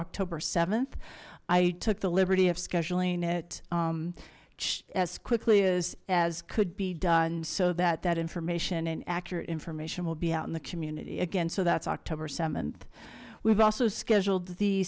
october th i took the liberty of scheduling it as quickly as as could be done so that that information and accurate information will be out in the community again so that's october th we've also scheduled t